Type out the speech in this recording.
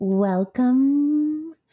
Welcome